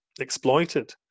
exploited